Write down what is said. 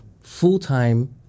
full-time